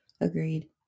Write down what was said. Agreed